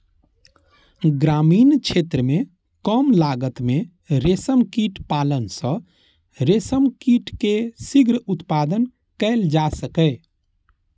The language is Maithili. ग्रामीण क्षेत्र मे कम लागत मे रेशम कीट पालन सं रेशम कीट के शीघ्र उत्पादन कैल जा सकैए